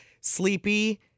Sleepy